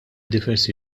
diversi